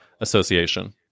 association